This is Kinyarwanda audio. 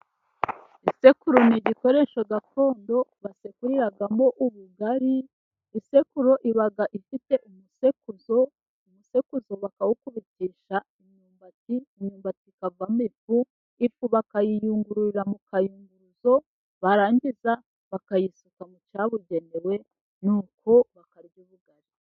Isekuru ni igikoresha gakondo basekuriramo ubugari. Isekuru iba ifite umusekuzo bakawukubitisha imyumbati, imyumbati ikavamo ifu bakayiyungururira mu kayunguruzo barangiza bakayisuka mu cyabugenewe nuko bakarya ubugari.